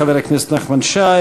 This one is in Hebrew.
חבר הכנסת נחמן שי,